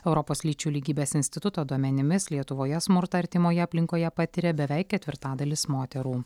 europos lyčių lygybės instituto duomenimis lietuvoje smurtą artimoje aplinkoje patiria beveik ketvirtadalis moterų